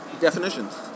definitions